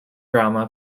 drama